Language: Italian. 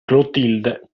clotilde